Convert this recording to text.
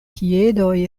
piedoj